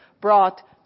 brought